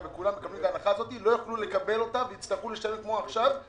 הם לא יוכלו לקבל את הסבסוד והם יצטרכו לשלם תשלום מלא עבור